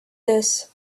this